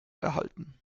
erhalten